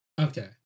Okay